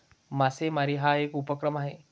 मासेमारी हा एक उपक्रम आहे